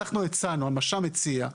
המש"מ הציע,